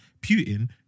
Putin